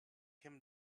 him